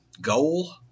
goal